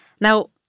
Now